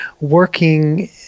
working